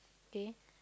K